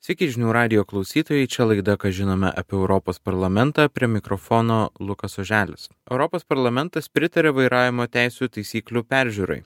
sveiki žinių radijo klausytojai čia laida ką žinome apie europos parlamentą prie mikrofono lukas oželis europos parlamentas pritarė vairavimo teisių taisyklių peržiūrai